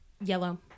Yellow